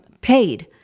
paid